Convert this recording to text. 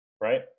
Right